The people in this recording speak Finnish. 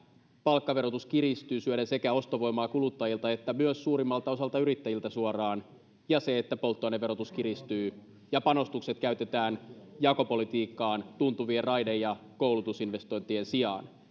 palkkaverotus kiristyy syöden ostovoimaa sekä kuluttajilta että myös suurimmalta osalta yrittäjiä suoraan ja se että polttoaineverotus kiristyy ja panostukset käytetään jakopolitiikkaan tuntuvien raide ja koulutusinvestointien sijaan